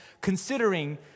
considering